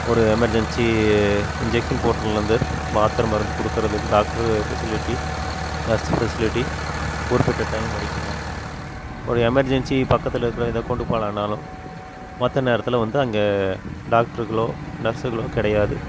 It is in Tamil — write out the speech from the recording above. ஒரு எமர்ஜென்சி இன்ஜக்ஷன் போடுறதுலேருந்து மாத்திர மருந்து கொடுக்கறது டாக்ட்ரு ஃபெசிலிட்டி நர்ஸ் ஃபெசிலிட்டி குறிப்பிட்ட டைம் வரைக்குந்தான் ஒரு எமர்ஜென்சி பக்கத்தில் இருக்கிற எதாது கொண்டு போகலானாலும் மற்ற நேரத்தில் வந்து அங்கே டாக்ட்ருங்களோ நர்ஸுகளோ கிடையாது